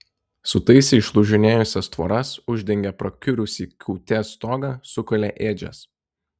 sutaisė išlūžinėjusias tvoras uždengė prakiurusį kūtės stogą sukalė ėdžias